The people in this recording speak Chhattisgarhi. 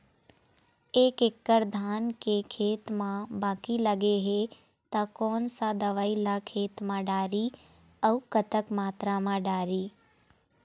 एक एकड़ धान के खेत मा बाकी लगे हे ता कोन सा दवई ला खेत मा डारी अऊ कतक मात्रा मा दारी?